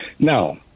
Now